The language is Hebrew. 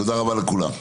תודה רבה לכולם.